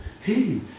Hey